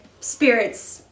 spirits